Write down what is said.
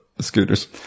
scooters